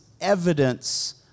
evidence